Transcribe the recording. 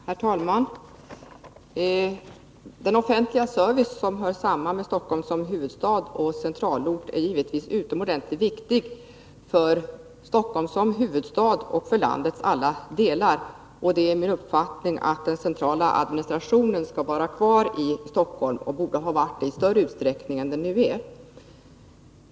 Herr talman! Den offentliga service som hör samman med Stockholm som huvudstad och dessutom centralort är givetvis utomordentligt viktig för Stockholm som huvudstad och för landets alla delar. Det är min uppfattning att den centrala administrationen skall vara kvar i Stockholm och borde ha varit det i större utsträckning än som blivit fallet.